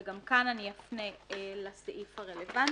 גם כאן אפנה לסעיף הרלוונטי,